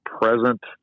present